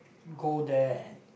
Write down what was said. go there and